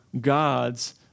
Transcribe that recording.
God's